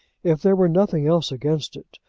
if there were nothing else against it,